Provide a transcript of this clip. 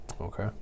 Okay